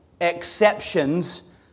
exceptions